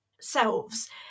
selves